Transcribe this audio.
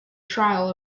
trial